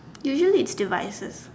usually it's devices